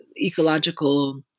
ecological